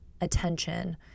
attention